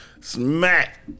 Smack